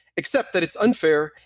except that it's unfair,